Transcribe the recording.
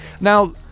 now